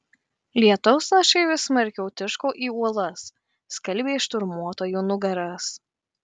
lietaus lašai vis smarkiau tiško į uolas skalbė šturmuotojų nugaras